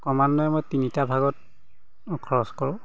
ক্ৰমান্বয়ে মই তিনিটা ভাগত খৰচ কৰোঁ